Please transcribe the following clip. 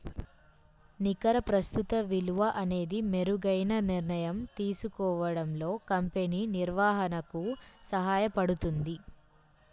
నికర ప్రస్తుత విలువ అనేది మెరుగైన నిర్ణయం తీసుకోవడంలో కంపెనీ నిర్వహణకు సహాయపడుతుంది